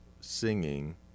singing